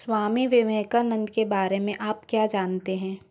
स्वामी विवेकानन्द के बारे में आप क्या जानते हैं